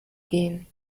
gehen